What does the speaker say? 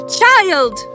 child